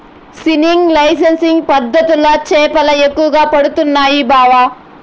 seining lining పద్ధతిల చేపలు ఎక్కువగా పడుతండాయి బావ